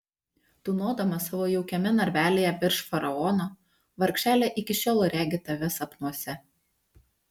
tūnodama savo jaukiame narvelyje virš faraono vargšelė iki šiol regi tave sapnuose